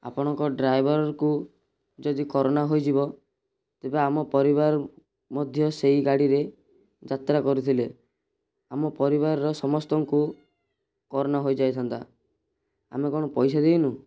ଆପଣଙ୍କ ଡ୍ରାଇଭର୍କୁ ଯଦି କୋରୋନା ହେଇଯିବ ତେବେ ଆମ ପରିବାର ମଧ୍ୟ ସେଇ ଗାଡ଼ିରେ ଯାତ୍ରା କରୁଥିଲେ ଆମ ପରିବାରର ସମସ୍ତଙ୍କୁ କୋରୋନା ହେଇଯାଇଥାନ୍ତା ଆମେ କ'ଣ ପଇସା ଦେଇନୁ